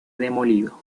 demolido